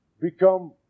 Become